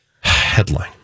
Headline